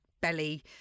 belly